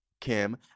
Kim